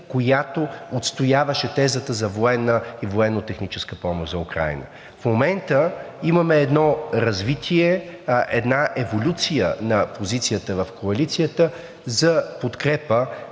която отстояваше тезата за военна и военнотехническа помощ за Украйна. В момента имаме едно развитие, една еволюция на позицията в коалицията за подкрепа